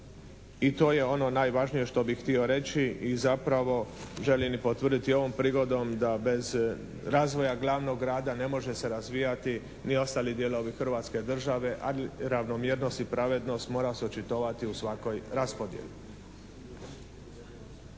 i to je ono najvažnije što bih htio reći i zapravo želim i potvrditi ovom prigodom da bez razvoja glavnoga grada ne može se razvijati ni ostali dijelovi Hrvatske države, a ravnomjernost i pravednost mora se očitovati u svakoj raspodjeli.